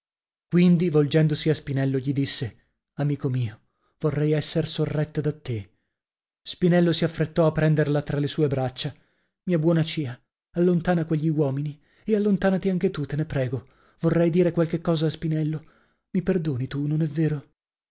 quindi volgendosi a spinello gli disse amico mio vorrei esser sorretta da te spinello si affrettò a prenderla tra le sue braccia mia buona cia allontana quegli uomini e allontanati anche tu te ne prego vorrei dire qualche cosa a spinello mi perdoni tu non è vero